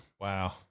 Wow